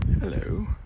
Hello